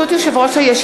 יישר כוח, מזרחי.